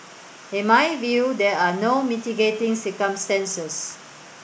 in my view there are no mitigating circumstances